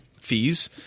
fees